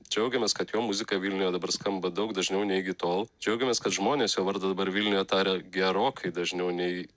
džiaugiamės kad jo muzika vilniuje dabar skamba daug dažniau nei iki tol džiaugiamės kad žmonės jo vardą dabar vilniuje taria gerokai dažniau nei